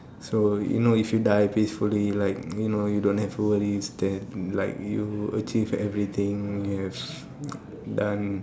so you know if you die peacefully like you know you don't have worries then like you achieve everything you have done